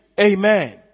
Amen